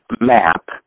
map